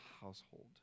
household